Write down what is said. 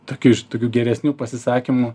tokie iš tokių geresnių pasisakymų